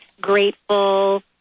grateful